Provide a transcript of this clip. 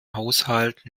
haushalt